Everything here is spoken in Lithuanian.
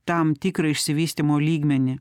tam tikrą išsivystymo lygmenį